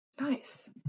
Nice